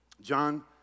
John